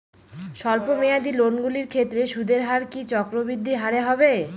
স্বল্প মেয়াদী লোনগুলির ক্ষেত্রে সুদের হার কি চক্রবৃদ্ধি হারে হবে?